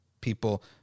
People